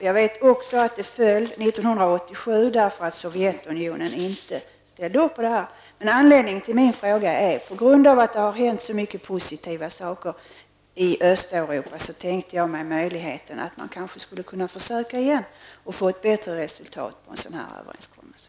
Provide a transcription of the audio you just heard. Jag vet också att den föll 1987, därför att Sovjetunionen inte ställde upp på överenskommelsen. På grund av att det har hänt så mycket positiva saker i Östeuropa, tänkte jag mig möjligheten att man kanske skulle kunna försöka igen och få ett bättre resultat av en sådan överenskommelse.